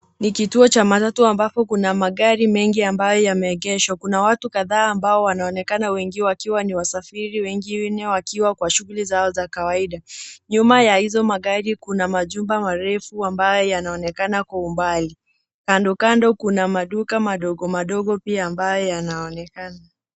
Ni kituo cha matatu ambapo kuna magari mengi ambayo yameegeshwa. Kuna watu kadhaa ambao wanaonekana, wengi wakiwa ni wasafiri wengine wakiwa kwa shughuli zao za kawaida. Nyuma ya izo magari kuna majumba marefu ambayo yanaonekana kwa umbali. Kandokando kuna maduka madogomadogo pia ambayo yanaonekana